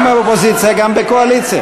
גם באופוזיציה גם בקואליציה.